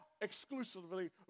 Exclusively